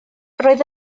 roedd